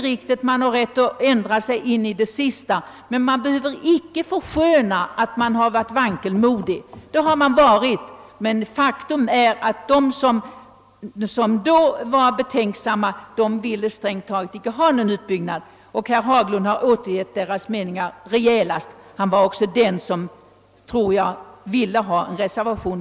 Visst har man rätt att ändra sig in i det sista, men man behöver icke försköna sitt vankelmod. Faktum är, att de, som då var betänksamma, ville strängt taget icke ha någon utbyggnad. Herr Haglund har återgivit deras mening rejälast. Jag tror också, att han var den, som starkast av alla ville ha en reservation.